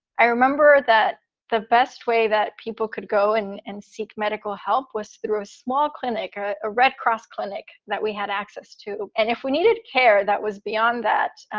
i remember that the best way that people could go and and seek medical help was through a small clinic or a red cross clinic that we had access to. and if we needed care, that was beyond that.